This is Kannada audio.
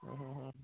ಹ್ಞೂ ಹ್ಞೂ ಹ್ಞೂ